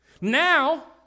Now